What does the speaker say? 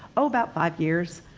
about five years.